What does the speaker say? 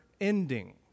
ending